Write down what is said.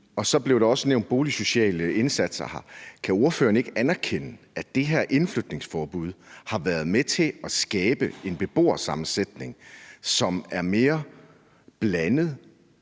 og så blev der også nævnt boligsociale indsatser. Kan ordføreren ikke anerkende, at det her indflytningsforbud har været med til at skabe en beboersammensætning, som er mere blandet,